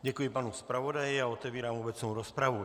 Děkuji panu zpravodaji a otevírám obecnou rozpravu.